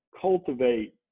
cultivate